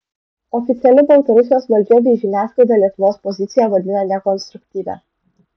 oficiali baltarusijos valdžia bei žiniasklaida lietuvos poziciją vadina nekonstruktyvia